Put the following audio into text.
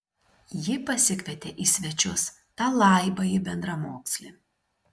ji pasikvietė į svečius tą laibąjį bendramokslį